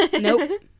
Nope